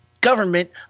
government